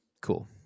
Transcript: cool